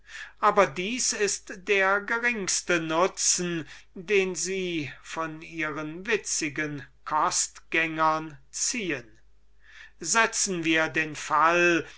aber das ist der geringste nutzen den ihr von euern witzigen kostgängern zieht setzet den fall